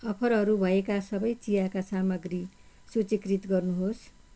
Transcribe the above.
अफरहरू भएका सबै चियाका सामग्री सूचीकृत गर्नुहोस्